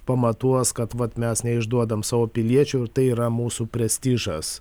pamatuos kad vat mes neišduodam savo piliečių ir tai yra mūsų prestižas